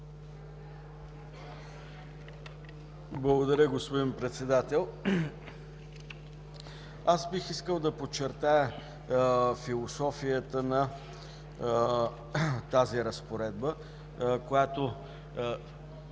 Благодаря, господин Председател. Бих искал да подчертая философията на тази разпоредба, която